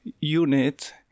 unit